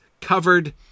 covered